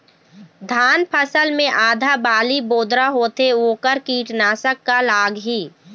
धान फसल मे आधा बाली बोदरा होथे वोकर कीटनाशक का लागिही?